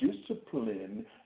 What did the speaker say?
discipline